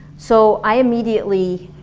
so i immediately